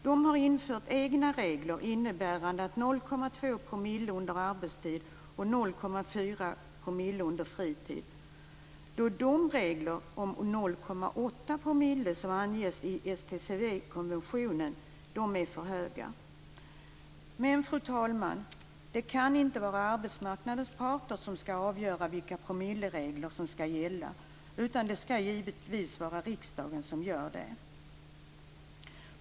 De har infört egna regler innebärande 0,2 promille under arbetstid och 0,4 promille under fritid, då de regler om 0,8 promille som anges i STCW-konventionen är för höga. Men, fru talman, det kan inte vara arbetsmarknadens parter som skall avgöra vilka promilleregler som skall gälla, utan det skall givetvis riksdagen göra.